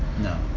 No